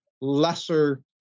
lesser